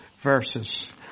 Verses